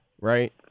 right